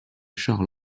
chars